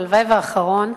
הלוואי שהאחרון,